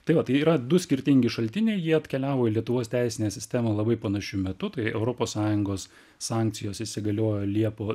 tai va tai yra du skirtingi šaltiniai jie atkeliavo į lietuvos teisinę sistemą labai panašiu metu tai europos sąjungos sankcijos įsigaliojo liepo